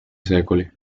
secoli